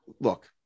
look